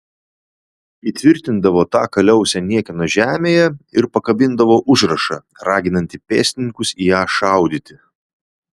įtvirtindavo tą kaliausę niekieno žemėje ir pakabindavo užrašą raginantį pėstininkus į ją šaudyti